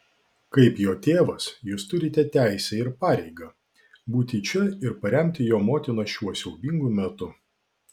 kaip jo tėvas jūs turite teisę ir pareigą būti čia ir paremti jo motiną šiuo siaubingu metu